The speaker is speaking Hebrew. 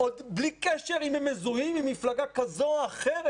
וזה עוד בלי קשר אם הם מזוהים עם מפלגה כזאת או אחרת.